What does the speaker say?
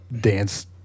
dance